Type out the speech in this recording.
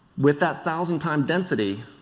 with that thousand time density,